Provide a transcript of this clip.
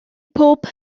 bob